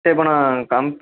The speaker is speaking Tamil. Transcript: சார் இப்போ நான் கம்